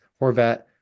Horvat